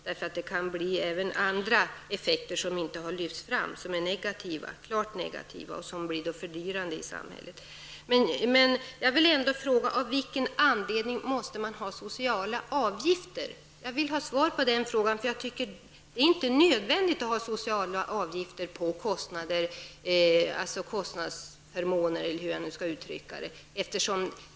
Det kan få även andra effekter, som inte har lyfts fram, som är klart negativa och som kommer att verka fördyrande i samhället. Men jag vill ändå fråga: Av vilken anledning måste man ha sociala avgifter? Jag vill ha svar på den frågan -- jag tycker inte att det är nödvändigt att ha sociala avgifter på kostnadsförmåner eller hur jag nu skall uttrycka det.